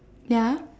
ya